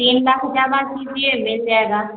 तीन लाख जमा कीजिए मिल जाएगा